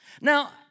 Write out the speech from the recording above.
Now